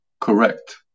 correct